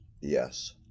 Yes